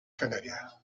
canaria